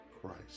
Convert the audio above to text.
Christ